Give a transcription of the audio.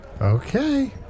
Okay